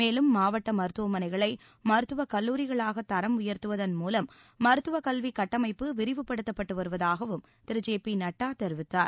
மேலும் மாவட்ட மருத்துவமனைகளை மருத்துவக் கல்லூரிகளாக தரம் உயர்த்துவதன் மூலம் மருத்துவக் கல்வி கட்டமைப்பு விரிவுபடுத்தப்பட்டு வருவதாகவும் திரு ஜே பி நட்டா தெரிவித்தார்